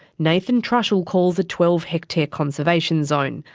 nathan trushall calls a twelve hectare conservation zone.